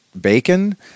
bacon